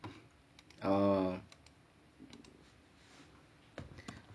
oh